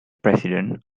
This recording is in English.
president